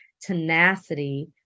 tenacity